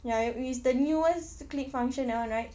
ya it is the newest click function that [one] right